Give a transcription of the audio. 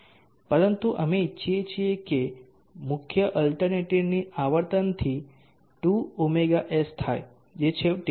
પરંતુ અમે ઇચ્છીએ છીએ કે મૂલ્ય એલ્ટરનેટરની આવર્તનથી 2ɷs થાય જે છેવટે વપરાશકર્તા લોડને આપવું જોઈએ